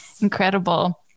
incredible